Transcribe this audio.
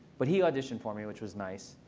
but he auditioned for me, which was nice.